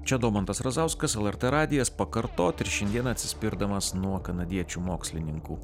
čia domantas razauskas lrt radijas pakartot ir šiandieną atsispirdamas nuo kanadiečių mokslininkų